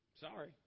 Sorry